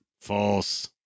False